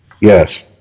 Yes